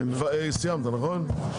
סיימת, נכון?